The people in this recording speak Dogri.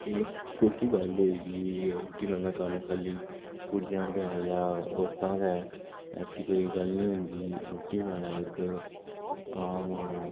एह् केह्ड़ी गल्ल होई केह् रुट्टी बनाने दा कम्म खाली कुडियें गै जां औरतें दा गै ऐसी कोई गल्ल नेईं होंदी रुट्टी बनाना इक आम